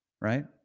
right